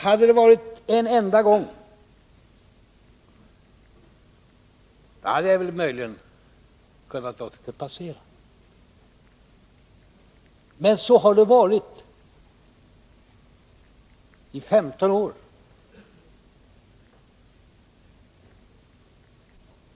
Hade det varit så här en enda gång, hade jag möjligen kunnat låta det passera, men så har det varit i 15 år.